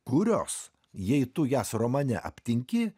kurios jei tu jas romane aptinki